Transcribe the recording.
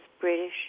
British